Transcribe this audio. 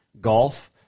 golf